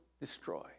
destroy